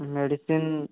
medicine